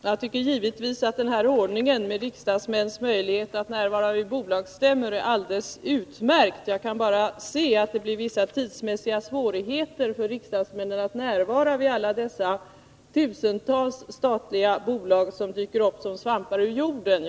Herr talman! Jag tycker givetvis att den här ordningen med riksdagsmäns möjligheter att närvara vid bolagsstämmor är alldeles utmärkt. Det blir emellertid vissa tidsmässiga svårigheter för riksdagsmän att närvara vid bolagsstämmorna i de tusentals statliga bolag som växer upp som svampar ur jorden.